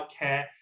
healthcare